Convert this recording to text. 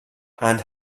and